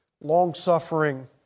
long-suffering